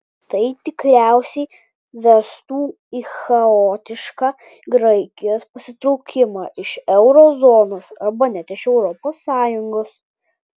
tai tikriausiai vestų į chaotišką graikijos pasitraukimą iš euro zonos arba net iš europos sąjungos